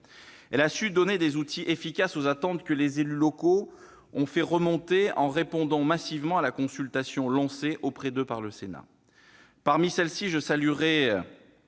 Elle a su créer des outils efficaces pour répondre aux attentes que les élus locaux ont fait remonter en participant massivement à la consultation lancée auprès d'eux par le Sénat. Parmi celles-ci, je saluerai